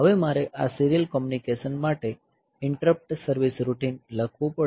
હવે મારે આ સીરીયલ કોમ્યુનિકેશન માટે ઈન્ટરપ્ટ સર્વિસ રૂટીન લખવું પડશે